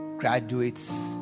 graduates